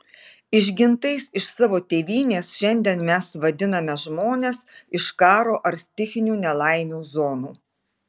išgintais iš savo tėvynės šiandien mes vadiname žmones iš karo ar stichinių nelaimių zonų